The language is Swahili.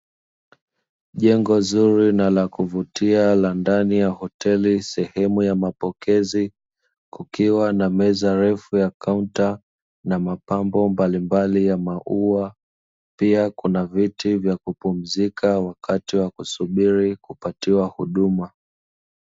Jengo zuri na la kuvutia la ndani ya hoteli sehemu ya mapokezi kukiwa na meza refa ya kaunta na mapambo mbalimbali ya mauwa, pia kuna viti vya kupumzika wakati wa kusubiri kupatiwa huduma.